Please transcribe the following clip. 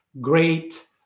great